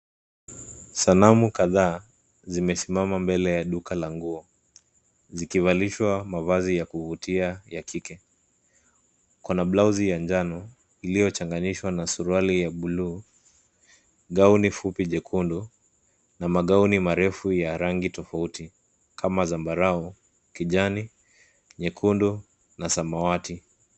Sanamu kadhaa zimesimama katika duka la nguo zikivalishwa mavazi ya kuvutia ya kike. Kuna blauzi ya njano iliyochanganyishwa na suruali ya buluu gauni fupi jekundu na magauni marefu ya rangi tofauti kama zambarau, kijani, nyekundu na samawati.